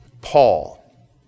Paul